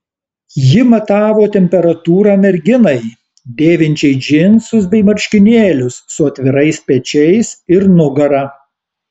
ji matavo temperatūrą merginai dėvinčiai džinsus bei marškinėlius su atvirais pečiais ir nugara